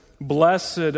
blessed